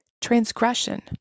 transgression